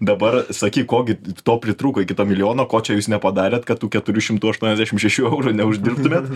dabar sakyk ko gi to pritrūko iki to milijono ko čia jūs nepadarėt kad tų keturių šimtų aštuoniasdešim šešių eurų neuždirbtumėt